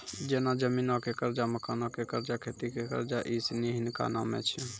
जेना जमीनो के कर्जा, मकानो के कर्जा, खेती के कर्जा इ सिनी हिनका नामे छै